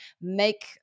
make